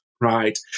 right